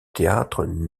théâtre